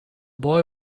boy